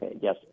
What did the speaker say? Yes